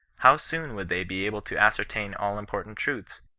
how soon would they be able to ascertain all important truths,